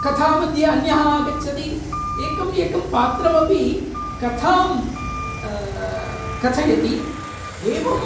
कथामध्ये अन्यः आगच्छति एकम् एकं पात्रमपि कथां कथयति एवम्